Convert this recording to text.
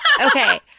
okay